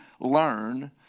learn